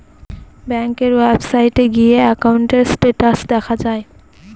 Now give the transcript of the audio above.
ব্যাঙ্কের ওয়েবসাইটে গিয়ে একাউন্টের স্টেটাস দেখা যাবে